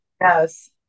Yes